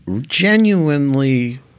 genuinely